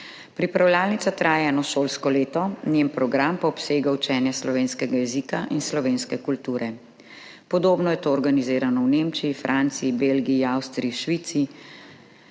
Pripravljalnica traja eno šolsko leto, njen program pa obsega učenje slovenskega jezika in slovenske kulture. Podobno je to organizirano v Nemčiji, Franciji, Belgiji, Avstriji, Švici